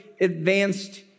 advanced